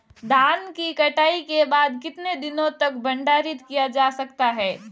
धान की कटाई के बाद कितने दिनों तक भंडारित किया जा सकता है?